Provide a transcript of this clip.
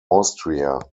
austria